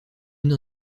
une